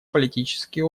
политические